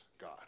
God